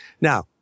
Now